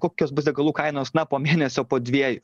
kokios bus degalų kainos na po mėnesio po dviejų